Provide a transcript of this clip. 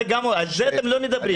על זה אתם לא מדברים.